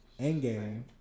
Endgame